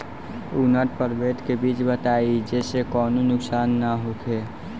उन्नत प्रभेद के बीज बताई जेसे कौनो नुकसान न होखे?